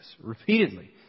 repeatedly